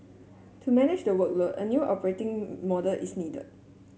to manage the workload a new operating model is needed